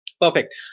Perfect